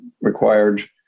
required